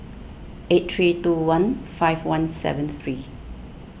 eight three two one five one seven three